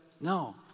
no